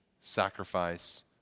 sacrifice